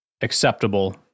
acceptable